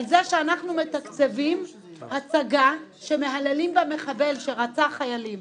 על זה שאנחנו מתקצבים הצגה שמהללים בה מחבל שרצח חיילים.